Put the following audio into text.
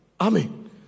Amen